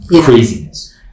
craziness